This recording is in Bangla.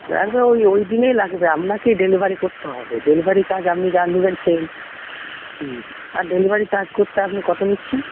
লাগবে ঐ ঐ দিনেই লাগবে আপনাকেই ডেলিভারি করতে হবে ডেলিভারি চার্জ আপনি যা নেবেন সে হ্যাঁ আর ডেলিভারি চার্জ করতে আপনি কত নিচ্ছেন